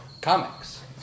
comics